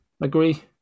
agree